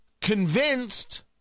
convinced